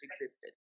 existed